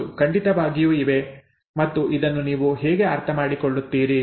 ಹೌದು ಖಂಡಿತವಾಗಿಯೂ ಇವೆ ಮತ್ತು ಇದನ್ನು ನೀವು ಹೇಗೆ ಅರ್ಥಮಾಡಿಕೊಳ್ಳುತ್ತೀರಿ